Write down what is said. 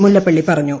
മുല്ലപ്പള്ളി പറഞ്ഞു